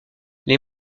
les